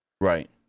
Right